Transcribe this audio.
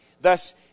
Thus